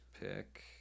pick